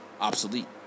Obsolete